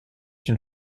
une